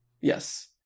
Yes